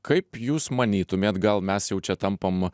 kaip jūs manytumėt gal mes jau čia tampam